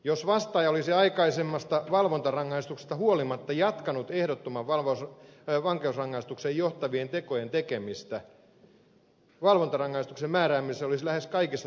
jos vastaaja olisi aikaisemmasta valvontarangaistuksesta huolimatta jatkanut ehdottomaan vankeusrangaistukseen johtavien tekojen tekemistä valvontarangaistuksen määräämiselle olisi lähes kaikissa tapauksissa este